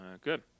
good